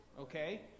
Okay